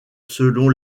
selon